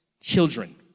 children